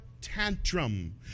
tantrum